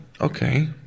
Okay